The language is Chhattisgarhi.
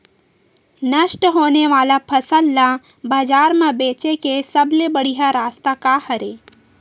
नष्ट होने वाला फसल ला बाजार मा बेचे के सबले बढ़िया रास्ता का हरे?